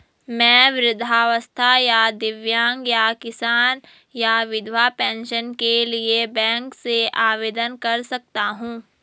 मैं वृद्धावस्था या दिव्यांग या किसान या विधवा पेंशन के लिए बैंक से आवेदन कर सकता हूँ?